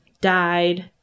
died